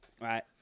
right